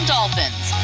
Dolphins